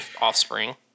offspring